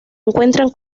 encuentran